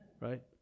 right